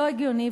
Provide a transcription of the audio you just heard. לא הגיוני,